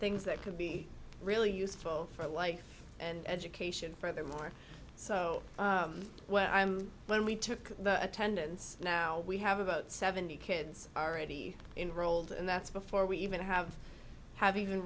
things that could be really useful for life and education furthermore so when i'm when we took attendance now we have about seventy kids are already in rolled and that's before we even have have even